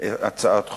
הצעת חוק.